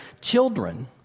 children